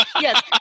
Yes